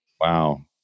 Wow